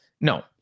No